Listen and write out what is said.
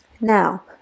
Now